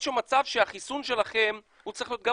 החיסון שלכם צריך להיות גם